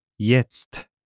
Jetzt